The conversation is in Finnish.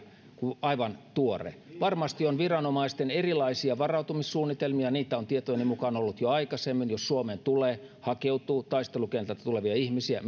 aivan tuore varmasti viranomaisilla on erilaisia varautumissuunnitelmia niitä on tietojeni mukaan ollut jo aikaisemmin jos suomeen tulee hakeutuu taistelukentältä tulevia ihmisiä